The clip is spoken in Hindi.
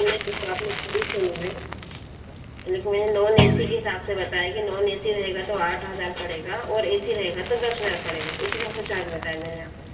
नहीं नहीं वह आपने सही सुना है यह नॉन ऐ सी के हिसाब से बताया कि नॉन ऐ सी रहेगा तो आठ हज़ार पड़ेगा और ऐ सी रहेगा तो दस हज़ार पड़ेगा इस हिसाब से चार्ज बताया है मैने आपको